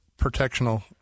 protectional